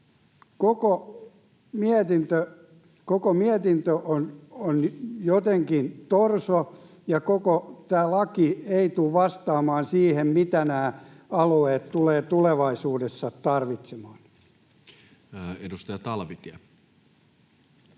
Koko mietintö on jotenkin torso, ja tämä laki ei tule vastaamaan siihen, mitä nämä alueet tulevat tulevaisuudessa tarvitsemaan. Edustaja Talvitie